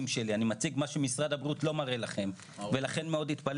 הם אלו שמשפיעים על השאלה או אם פקטור מאוד משמעותי